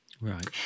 Right